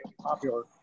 popular